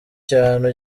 cyane